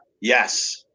Yes